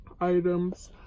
items